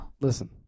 listen